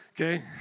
Okay